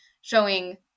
showing